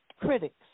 critics